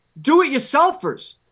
Do-it-yourselfers